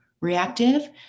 reactive